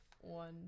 One